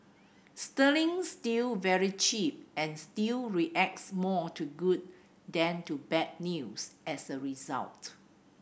sterling's still very cheap and still reacts more to good than to bad news as a result